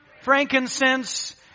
Frankincense